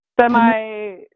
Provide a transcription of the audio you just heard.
semi